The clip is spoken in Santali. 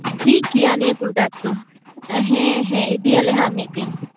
ᱴᱷᱤᱠᱜᱮᱭᱟ ᱱᱤᱭᱟᱹ ᱯᱨᱚᱰᱟᱠᱴ ᱫᱚ ᱦᱮᱸ ᱦᱮᱸ ᱤᱫᱤᱭᱟᱞᱮ ᱱᱟᱦᱟᱜ ᱢᱤᱫ ᱫᱤᱱ